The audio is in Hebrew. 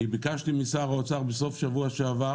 אני ביקשתי משר האוצר בסוף השבוע שעבר